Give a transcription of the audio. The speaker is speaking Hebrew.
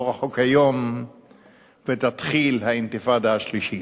לא רחוק היום שתתחיל האינתיפאדה השלישית,